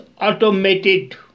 automated